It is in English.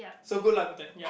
so good luck with that ya